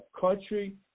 country